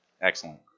excellent